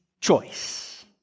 choice